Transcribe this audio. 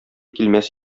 килмәс